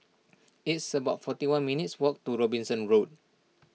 it's about forty one minutes' walk to Robinson Road